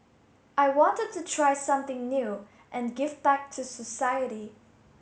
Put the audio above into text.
I wanted to try something new and give back to society